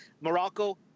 Morocco